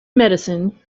medicine